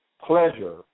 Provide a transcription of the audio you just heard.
pleasure